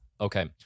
Okay